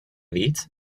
víc